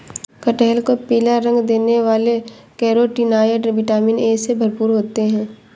कटहल को पीला रंग देने वाले कैरोटीनॉयड, विटामिन ए से भरपूर होते हैं